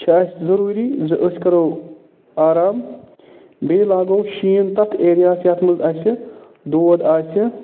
چھِ اَسہِ ضُروٗری زِ أسۍ کَرَو آرام بیٚیہِ لاگَو شیٖن تَتھ اٮ۪رِیاہَس یَتھ منٛز اَسہِ دود آسہِ